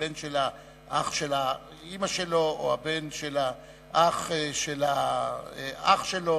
הבן של האח של אמא שלו או הבן של האח של האח שלו